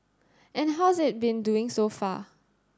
and how's it been doing so far